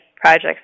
projects